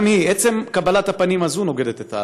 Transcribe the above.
גם היא, עצם קבלת הפנים הזאת, נוגדת את ההלכה.